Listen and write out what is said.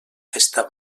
festa